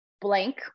blank